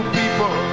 people